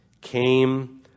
came